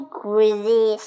crazy